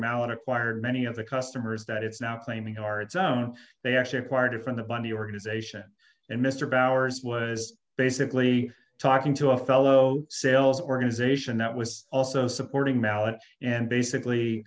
out acquired many of the customers that it's now claiming are it's own they actually acquired it from the bunny organization and mr bowers was basically talking to a fellow sales organization that was also supporting mallett and